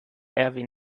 erwin